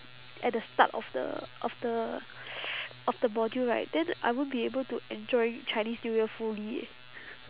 at the start of the of the of the module right then I won't be able to enjoy chinese new year fully eh